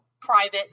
private